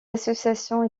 associations